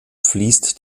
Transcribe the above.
fließt